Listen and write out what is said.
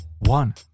one